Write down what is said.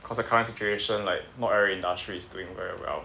cause the current situation like not every industry is doing very well